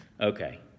Okay